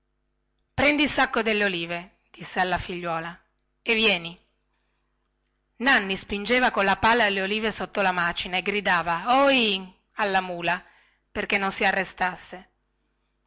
prendi il sacco delle olive disse alla figliuola e vieni con me nanni spingeva con la pala le ulive sotto la macina e gridava ohi alla mula perchè non si arrestasse